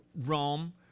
Rome